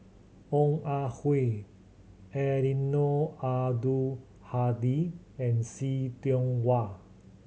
Ong Ah Hoi Eddino Abdul Hadi and See Tiong Wah